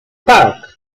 tak